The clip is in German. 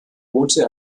wohnte